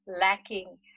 lacking